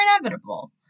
inevitable